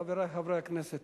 חברי חברי הכנסת,